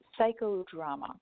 psychodrama